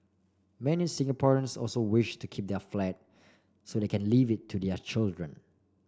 many Singaporeans also wish to keep their flat so they can leave it to their children